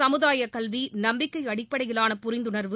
சமுதாய கல்வி நம்பிக்கை அடிப்படையிலான புரிந்துணர்வு